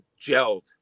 gelled